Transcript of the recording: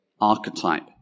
archetype